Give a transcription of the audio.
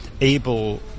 able